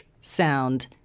sound